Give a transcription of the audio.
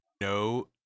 no